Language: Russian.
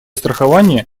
страхование